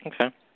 Okay